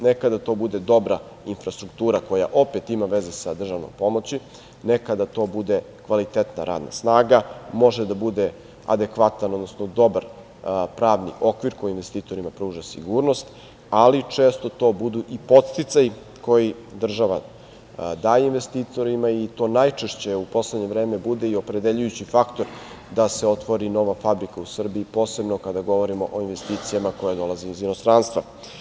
Nekada to bude dobra infrastruktura koja opet ima veze sa državnom pomoći, nekada to bude kvalitetna radna snaga, može da bude adekvatan, odnosno dobar pravni okvir koji investitorima pruža sigurnost, ali često to budu i podsticaji koji država daje investitorima i to najčešće u poslednje vreme bude i opredeljujući faktor da se otvori nova fabrika u Srbiji, posebno kada govorimo o investicijama koje dolaze iz inostranstva.